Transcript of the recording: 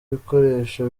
ibikoresho